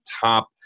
top